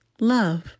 Love